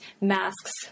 masks